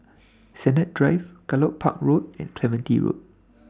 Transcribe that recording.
Sennett Drive Gallop Park Road and Clementi Road